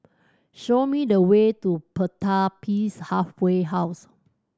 show me the way to Pertapis Halfway House